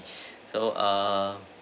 so err